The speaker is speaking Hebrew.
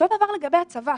אותו דבר לגבי הצבא.